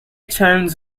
towns